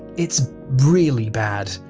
it's really bad.